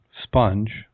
sponge